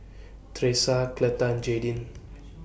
Tresa Cleta and Jadyn